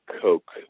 Coke